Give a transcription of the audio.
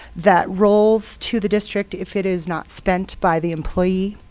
that rolls to the district if it is not spent by the employee.